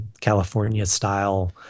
California-style